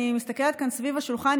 אני מסתכלת כאן סביב השולחן,